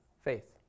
faith